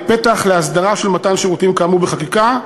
להסדרה של מתן שירותים כאמור בחקיקה,